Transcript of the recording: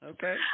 Okay